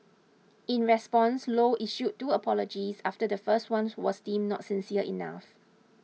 in response Low issued two apologies after the first one was deemed not sincere enough